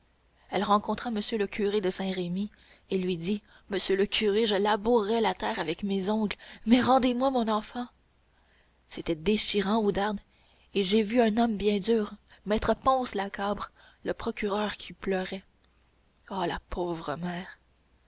elle rencontra m le curé de saint-remy et lui dit monsieur le curé je labourerai la terre avec mes ongles mais rendez-moi mon enfant c'était déchirant oudarde et j'ai vu un homme bien dur maître ponce lacabre le procureur qui pleurait ah la pauvre mère